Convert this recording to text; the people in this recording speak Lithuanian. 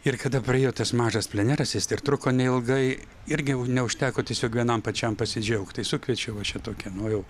ir kada praėjo tas mažas pleneras jis ir truko neilgai irgi neužteko tiesiog vienam pačiam pasidžiaugt tai sukviečiau aš čia tokį nu jau